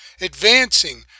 Advancing